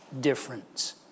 difference